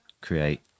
create